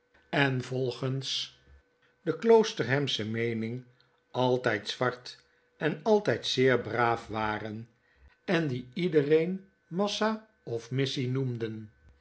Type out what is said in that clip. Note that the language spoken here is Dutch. en volgens de kloosterhamsche meening altyd zwart en altydzeer braaf waren en die iedereen massa of missie noemden